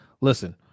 listen